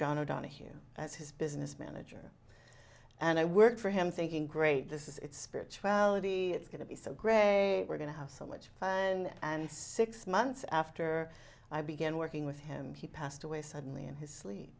john a donahue as his business manager and i worked for him thinking great this is it spiritual it's going to be so great we're going to have so much fun and six months after i began working with him he passed away suddenly in his sleep